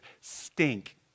stink